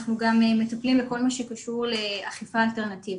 גם מטפלים בכל מה שקשור לאכיפה אלטרנטיבית.